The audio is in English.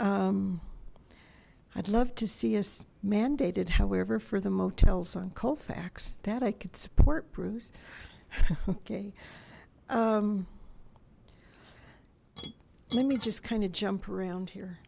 in i'd love to see us mandated however for the motels on colfax that i could support bruce okay let me just kind of jump around here